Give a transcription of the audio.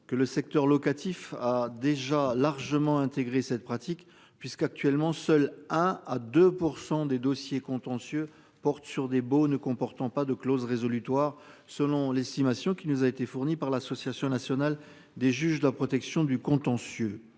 que le secteur locatif, a déjà largement intégré cette pratique puisque actuellement, seules 1 à 2% des dossiers contentieux porte sur des beaux ne comportant pas de clause résolutoire, selon l'estimation qui nous a été fourni par l'association nationale des juges, la protection du contentieux,